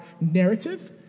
narrative